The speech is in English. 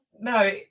No